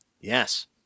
Yes